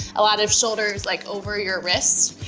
a lot of shoulders like over your wrists.